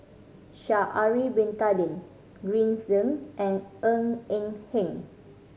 Sha'ari Bin Tadin Green Zeng and Ng Eng Hen